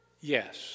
Yes